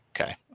Okay